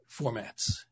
formats